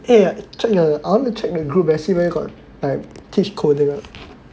eh check the I wanna check the group leh see whether got like teach coding or not